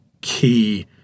key